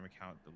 account